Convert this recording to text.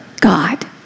God